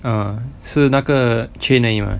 um 是那个 chain 而已 mah